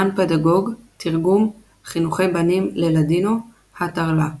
אמן פדגוג – תרגום "חינוכי בנים" ללאדינו, ה'תרל"א